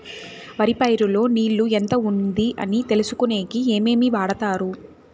వరి పైరు లో నీళ్లు ఎంత ఉంది అని తెలుసుకునేకి ఏమేమి వాడతారు?